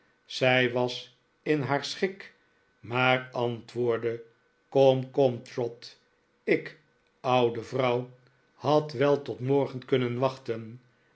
zij was in haar schik maar antwoordde kom kom trot ik oude vrouw had wel tot morgen kunnen wachten